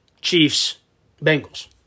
Chiefs-Bengals